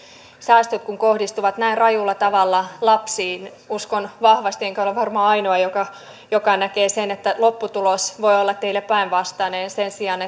säästöt kun kohdistuvat näin rajulla tavalla lapsiin uskon vahvasti enkä ole varmaan ainoa joka joka näkee sen että lopputulos voi olla teille päinvastainen ja sen sijaan